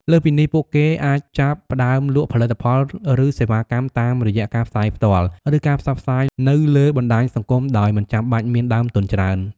លើសពីនេះពួកគេអាចចាប់ផ្តើមលក់ផលិតផលឬសេវាកម្មតាមរយៈការផ្សាយផ្ទាល់ ឬការផ្សព្វផ្សាយនៅលើបណ្តាញសង្គមដោយមិនចាំបាច់មានដើមទុនច្រើន។